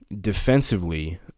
defensively